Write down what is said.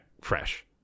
fresh